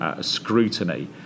scrutiny